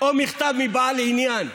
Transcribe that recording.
או מכתב מבעל עניין.